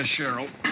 Cheryl